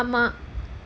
ஆமா:aamaa